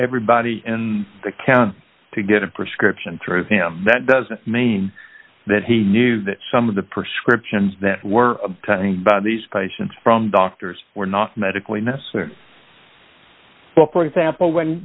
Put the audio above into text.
everybody in the county to get a prescription through him that doesn't mean that he knew that some of the prescriptions that were obtained by these patients from doctors were not medically necessary for example when